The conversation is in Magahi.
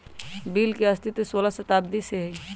बिल के अस्तित्व सोलह शताब्दी से हइ